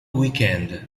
weekend